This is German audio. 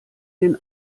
den